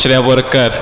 Shreya Borkar